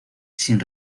sin